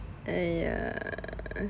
!aiya!